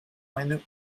meine